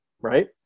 Right